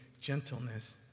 gentleness